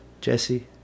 Jesse